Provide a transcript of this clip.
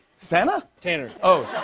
santa? tanner. oh.